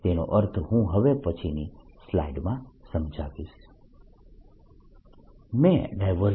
તેનો અર્થ હું હવે પછીની સ્લાઈડમાં સમજાવીશ